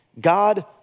God